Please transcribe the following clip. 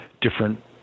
different